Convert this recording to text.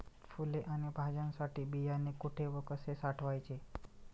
फुले आणि भाज्यांसाठी बियाणे कुठे व कसे साठवायचे?